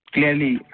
Clearly